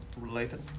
related